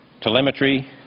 telemetry